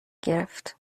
گرفت